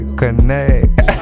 connect